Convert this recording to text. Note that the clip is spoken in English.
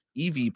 EV